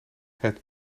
het